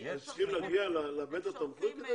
הם צריכים להגיע לבית התמחוי?